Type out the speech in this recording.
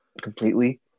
completely